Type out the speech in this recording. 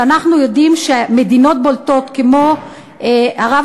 שאנחנו יודעים שבה מדינות בולטות כמו ערב-הסעודית